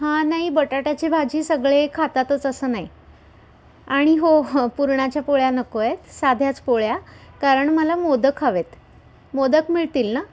हां नाही बटाटाची भाजी सगळे खातातच असं नाही आणि हो हो पुरणाच्या पोळ्या नको आहेत साध्याच पोळ्या कारण मला मोदक हवेत मोदक मिळतील ना